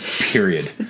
Period